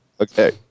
Okay